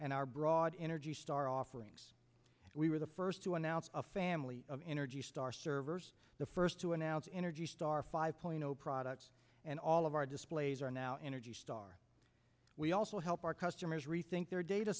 and are brought energy star offerings we were the first to announce a family of energy star servers the first to announce energy star five point zero products and all of our displays are now energy star we also help our customers rethink their data